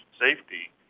Safety